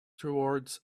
towards